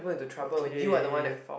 okay